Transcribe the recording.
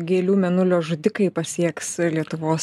gėlių mėnulio žudikai pasieks lietuvos